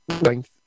length